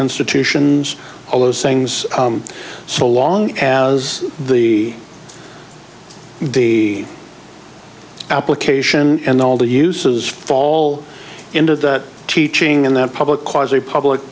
institutions all those things so long as the the application and all the uses fall into that teaching in that public